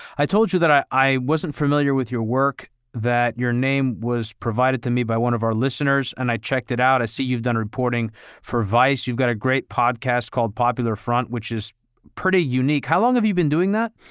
i told you that i i wasn't familiar with your work that your name was provided to me by one of our listeners and i checked it out. i see you've done reporting for vice. you've got a great podcast called popular front, which is pretty unique. how long have you been doing that?